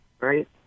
right